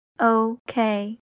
okay